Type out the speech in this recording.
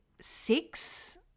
six